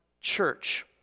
church